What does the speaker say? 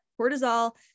Cortisol